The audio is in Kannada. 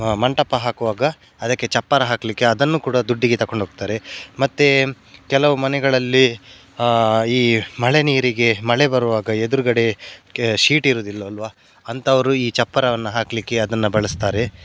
ಮಂಟಪ ಹಾಕುವಾಗ ಅದಕ್ಕೆ ಚಪ್ಪರ ಹಾಕಲಿಕ್ಕೆ ಅದನ್ನು ಕೂಡ ದುಡ್ಡಿಗೆ ತಗೊಂಡ್ ಹೋಗ್ತರೆ ಮತ್ತೆ ಕೆಲವು ಮನೆಗಳಲ್ಲಿ ಈ ಮಳೆ ನೀರಿಗೆ ಮಳೆ ಬರುವಾಗ ಎದುರುಗಡೆ ಶೀಟ್ ಇರೋದಿಲ್ಲ ಅಲ್ವ ಅಂಥವರು ಈ ಚಪ್ಪರವನ್ನು ಹಾಕಲಿಕ್ಕೆ ಅದನ್ನು ಬಳಸ್ತಾರೆ